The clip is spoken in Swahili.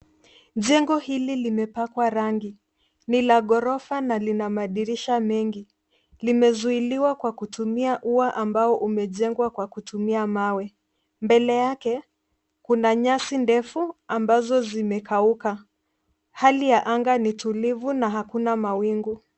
Jengo hili limepakwa rangi. Ni la ghorofa na lina madirisha mengi. Limezuiliwa kwa kutumia ua ambao limejengwa kwa kutumia mawe. Mbele yake kuna nyasi ndefu ambazo zimekauka. Hali ya anga ni tulivu na hakuna mawingu.